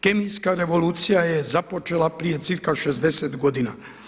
Kemijska revolucija je započela prije cirka 60 godina.